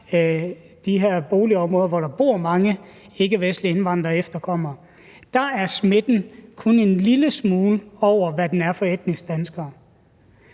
de her boligområder, hvor der bor mange ikkevestlige indvandrere og efterkommere, er smitten kun en lille smule over, hvad den er for etniske danskere.